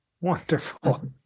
Wonderful